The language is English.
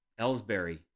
Ellsbury